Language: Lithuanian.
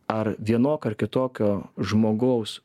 ar vienok ar kitokio žmogaus